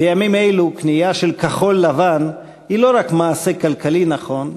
בימים אלו קנייה של כחול-לבן היא לא רק מעשה כלכלי נכון,